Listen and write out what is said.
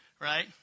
right